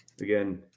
Again